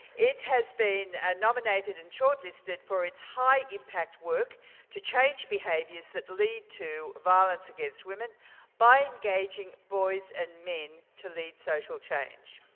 it has been and nominated and short listed for its high impact work to change behaviors that lead to violence against women by engaging boys and men to lead social change.